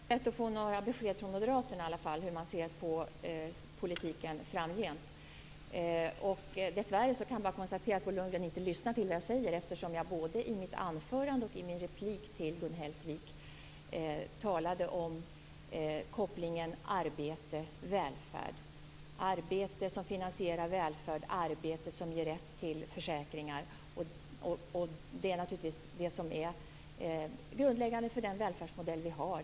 Fru talman! Det är inte lätt att få några besked från moderaterna när det gäller hur de ser på politiken framgent. Dessvärre kan jag bara konstatera att Bo Lundgren inte lyssnar på vad jag säger, eftersom jag både i mitt anförande och i min replik till Gun Hellsvik talade om kopplingen arbete-välfärd. Arbete finansierar välfärd, och arbete ger rätt till försäkringar. Det är naturligtvis det som är grundläggande för den välfärdsmodell vi har.